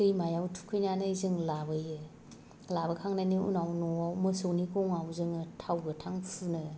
दैमायाव थुखैनानै जों लाबोयो लाबोखांनायनि उनाव न'आव मोसौनि गंआव जोङो थाव गोथां फुनो